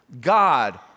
God